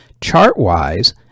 chart-wise